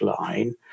line